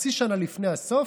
חצי שנה לפני הסוף,